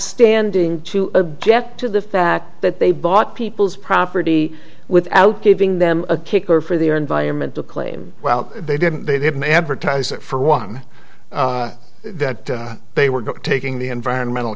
standing to get to the fact that they bought people's property without giving them a kicker for the environment to claim well they didn't they didn't advertise it for one that they were taking the environmental